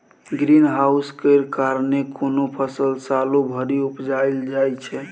green house केर कारणेँ कोनो फसल सालो भरि उपजाएल जाइ छै